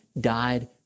died